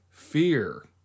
fear